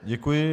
Děkuji.